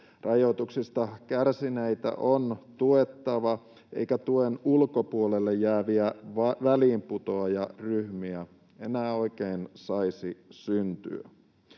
Rajoituksista kärsineitä on tuettava, eikä tuen ulkopuolelle jääviä väliinputoajaryhmiä enää oikein saisi syntyä.